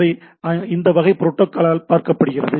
அவை இந்த வகை புரோட்டோக்கால்களால் பார்த்துகொள்ளப்படுகிறது